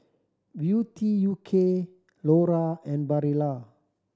Beauty U K Lora and Barilla